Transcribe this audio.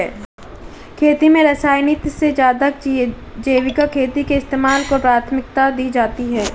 खेती में रासायनिक से ज़्यादा जैविक खेती के इस्तेमाल को प्राथमिकता दी जाती है